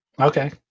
Okay